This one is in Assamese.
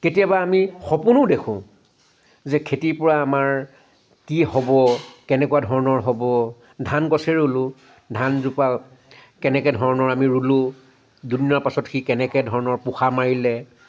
কেতিয়াবা আমি সপোনো দেখো যে খেতিৰ পৰা আমাৰ কি হ'ব কেনেকুৱা ধৰণৰ হ'ব ধান গছেই ৰুলো ধানজোপা কেনেকৈ ধৰণৰ আমি ৰুলো দুদিনৰ পাছত সি কেনেকৈ ধৰণে পোখা মাৰিলে